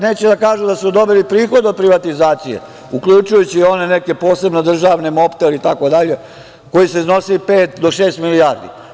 Neće da kažu da su dobili prihode od privatizacije, uključujući i one neke posebne državne, „Mobtel“ i tako dalje, koji su iznosili pet do šest milijardi.